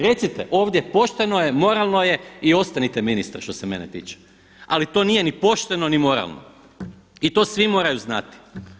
Recite ovdje pošteno je, moralno je i ostanite ministar što se mene tiče, ali to nije ni pošteno ni moralno i to svi moraju znati.